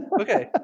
Okay